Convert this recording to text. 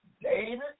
David